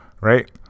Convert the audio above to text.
right